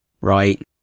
right